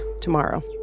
tomorrow